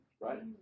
Right